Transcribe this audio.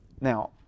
Now